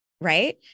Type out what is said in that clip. right